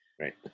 Right